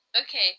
Okay